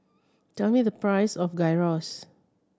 tell me the price of Gyros